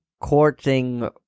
courting